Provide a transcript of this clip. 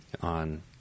on